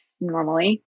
normally